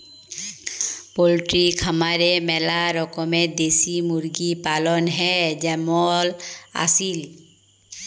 poultry খামারে ম্যালা রকমের দেশি মুরগি পালন হ্যয় যেমল আসিল